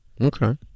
Okay